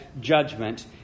judgment